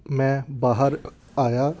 ਮੈਂ ਬਾਹਰ ਆਇਆ